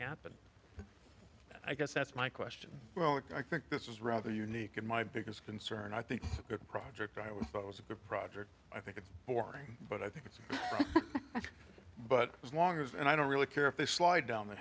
happen i guess that's my question well look i think this is rather unique and my biggest concern i think that project i thought was a good project i think it's boring but i think it's but as long as and i don't really care if they slide down the